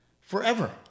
forever